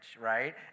right